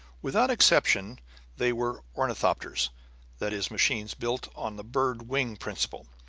without exception they were ornithopters that is, machines built on the bird-wing principle,